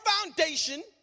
foundation